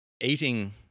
eating